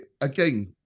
again